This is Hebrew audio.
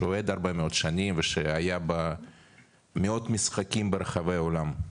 שאוהד הרבה מאוד שנים ושהיה במאות משחקים ברחבי העולם.